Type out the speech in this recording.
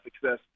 success